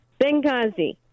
Benghazi